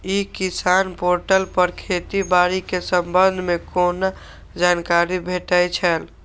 ई किसान पोर्टल पर खेती बाड़ी के संबंध में कोना जानकारी भेटय छल?